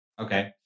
Okay